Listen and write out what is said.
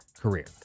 career